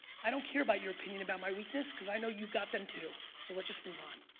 i don't care about your opinion about my weakness, cause i know you've got them, too. so let's just move on.